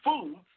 foods